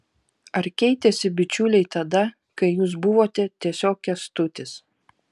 ar keitėsi bičiuliai tada kai jūs buvote tiesiog kęstutis